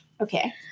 Okay